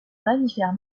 mammifère